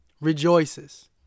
rejoices